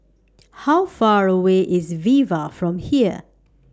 How Far away IS Viva from here